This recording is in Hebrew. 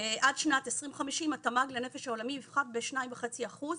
עד שנת 2050 התמ"ג לנפש העולמי יפחת ב-2.5 אחוזים,